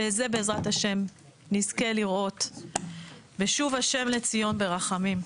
שאת זה בעזרת השם נזכה לראות ושוב ה' לציון ברחמים.